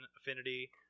affinity